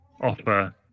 offer